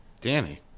Danny